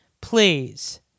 please